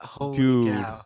dude